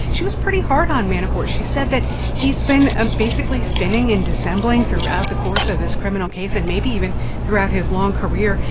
she was pretty hard on manafort. she said that he's been ah basically spinning and dissembling throughout the course of this criminal case and maybe even throughout his long career.